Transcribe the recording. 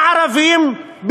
הערבים,